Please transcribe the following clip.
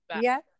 Yes